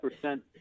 percent